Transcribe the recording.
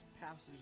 passages